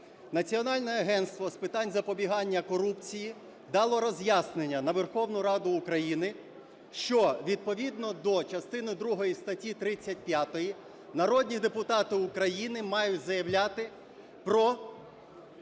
Національне агентство з питань запобігання корупції дало роз'яснення на Верховну Раду України, що відповідно до частини другої статті 35 народні депутати України мають заявляти про